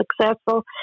successful